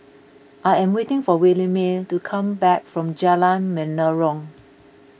I am waiting for Williemae to come back from Jalan Menarong